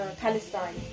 Palestine